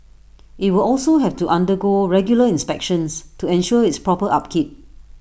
IT will also have to undergo regular inspections to ensure its proper upkeep